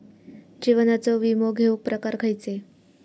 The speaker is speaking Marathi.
जीवनाचो विमो घेऊक प्रकार खैचे?